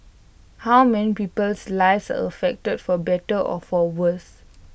how many people's lives are affected for better or for worse